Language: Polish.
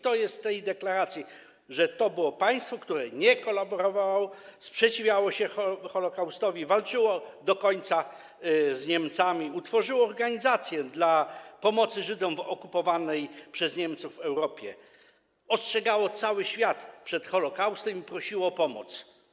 To jest w tej deklaracji, że to było państwo, które nie kolaborowało, sprzeciwiało się Holokaustowi, walczyło do końca z Niemcami, utworzyło organizację pomocy Żydom w okupowanej przez Niemców Europie, ostrzegało cały świat przed Holokaustem i prosiło o pomoc.